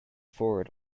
forward